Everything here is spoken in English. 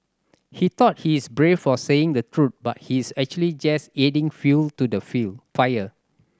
he thought he is brave for saying the truth but he is actually just adding fuel to the fuel fire